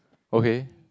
okay